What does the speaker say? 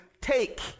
take